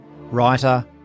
writer